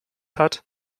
hat